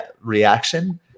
reaction